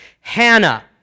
Hannah